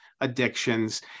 addictions